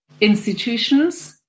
institutions